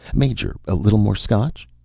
major, a little more scotch?